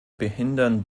behindern